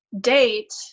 date